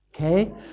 Okay